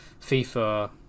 FIFA